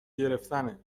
گرفتنه